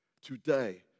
Today